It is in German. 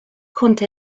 konnte